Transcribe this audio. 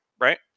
right